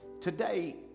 Today